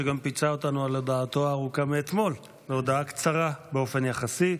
שגם פיצה אותנו על הודעתו הארוכה מאתמול בהודעה קצרה באופן יחסי.